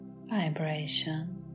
vibration